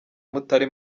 mutari